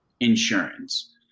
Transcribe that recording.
insurance